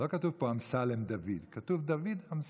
ולא כתוב "אמסלם דוד", כתוב "דוד אמסלם".